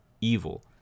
evil